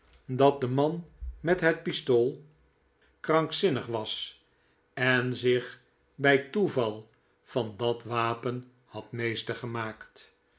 dat de man met het pistool krankzinnig was en zich bij toeval van dat wapen had meester gemaakt